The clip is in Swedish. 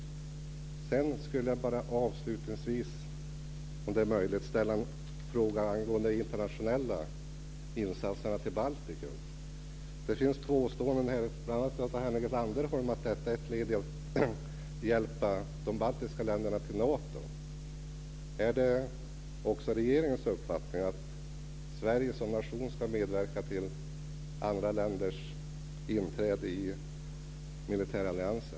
Jag skulle avslutningsvis, om det är möjligt, vilja ställa en fråga angående de internationella insatserna i Baltikum. Det finns påståenden bl.a. från Henrik Landerholm om att detta är ett led i att hjälpa de baltiska länderna till Nato. Är det också regeringens uppfattning att Sverige som nation ska medverka till andra länders inträde i militärallianser?